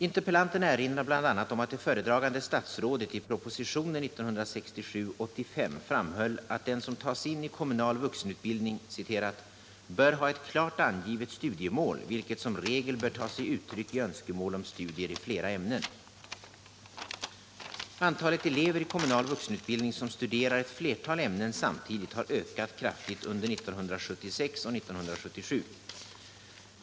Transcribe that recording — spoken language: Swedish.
Interpellanten erinrar bl.a. om att det föredragande statsrådet i propositionen 1967:85 framhöll att den som tas in i kommunal vuxenutbildning ”bör ha ett klart angivet studiemål, vilket som regel bör ta sig uttryck i önskemål om studier i flera ämnen”. Antalet elever i kommunal vuxenutbildning som studerar ett flertal ämnen samtidigt har ökat kraftigt under 1976 och 1977.